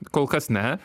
kol kas ne